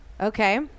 Okay